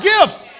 Gifts